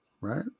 right